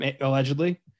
Allegedly